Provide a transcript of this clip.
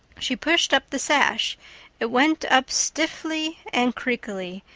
she pushed up the sash it went up stiffly and creakily,